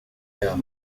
yaho